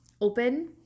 open